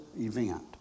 event